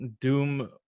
doom